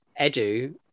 Edu